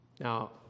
Now